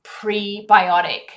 prebiotic